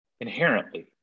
inherently